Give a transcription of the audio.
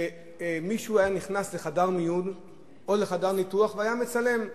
שמישהו היה נכנס לחדר מיון או לחדר ניתוח והיה מצלם,